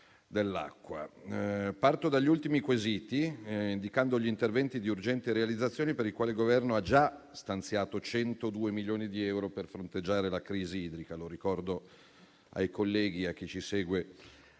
Parto dagli ultimi quesiti, indicando gli interventi di urgente realizzazione, per i quali il Governo ha già stanziato 102 milioni di euro, per fronteggiare la crisi idrica. Li ricordo ai colleghi e a chi ci segue